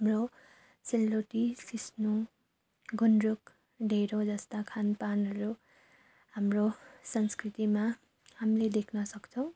हाम्रो सेलरोटी सिस्नो गुन्द्रुक ढिँडो जस्ता खानपानहरू हाम्रो संस्कृतिमा हामीले देख्न सक्छौँ